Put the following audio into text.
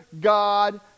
God